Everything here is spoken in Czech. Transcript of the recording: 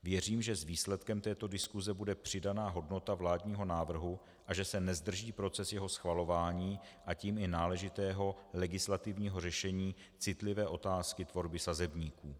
Věřím, že výsledkem této diskuse bude přidaná hodnota vládního návrhu a že se nezdrží proces jeho schvalování, a tím i náležitého legislativního řešení citlivé otázky tvorby sazebníků.